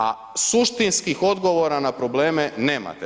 A suštinskih odgovora na probleme nemate.